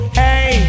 hey